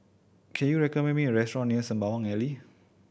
can you recommend me a restaurant near Sembawang Alley